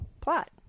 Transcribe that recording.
plot